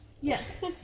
yes